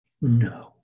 no